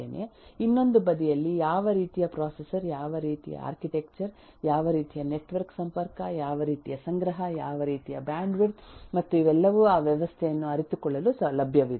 ಇನ್ನೊಂದು ಬದಿಯಲ್ಲಿ ಯಾವ ರೀತಿಯ ಪ್ರೊಸೆಸರ್ ಯಾವ ರೀತಿಯ ಆರ್ಕಿಟೆಕ್ಚರ್ ಯಾವ ರೀತಿಯ ನೆಟ್ವರ್ಕ್ ಸಂಪರ್ಕ ಯಾವ ರೀತಿಯ ಸಂಗ್ರಹ ಯಾವ ರೀತಿಯ ಬ್ಯಾಂಡ್ವಿಡ್ತ್ ಮತ್ತು ಇವೆಲ್ಲವೂ ಆ ವ್ಯವಸ್ಥೆಯನ್ನು ಅರಿತುಕೊಳ್ಳಲು ಲಭ್ಯವಿದೆ